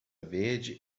verde